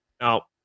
Now